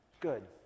Good